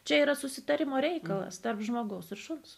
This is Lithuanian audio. čia yra susitarimo reikalas tarp žmogaus sušuks